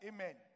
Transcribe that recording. Amen